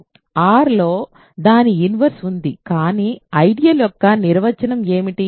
R లో దాని inverse ఉంది కానీ ఐడియల్ యొక్క నిర్వచనం ఏమిటి